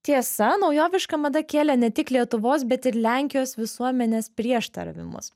tiesa naujoviška mada kėlė ne tik lietuvos bet ir lenkijos visuomenės prieštaravimus